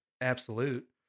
absolute